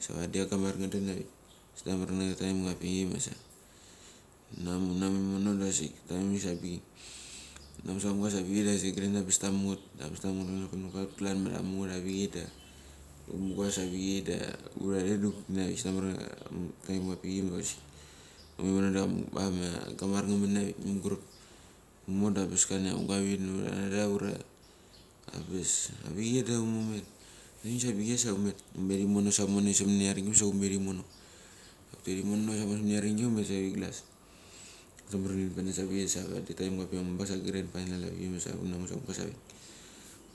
Sa vadi gamar nga alen avik, stamar nacha taimga apik masa hunamu imono imono oiva asik taimings abichei. Hunamu sa amugas abi chei asik grin ambas tamunget, da ambas tamungeti pemat ka nok aut klan ma tamunget avichei da humugas avichei da hhultare manavik sada maria taimapik ma vasik humet imono da ama gamar ngamen avik mungurap. Humo da ambas klania ahungavin ura ambas avicheido hunio humeti. Angus abik sa humet, humetimone samone minaringi sa humet imono. Hutet imono save siminich arengi humet sa huri glas. Hutu marangi banas avichei savadi taimga apik ma mumbang sa granfinal avik masa hunamu sa mungas avik.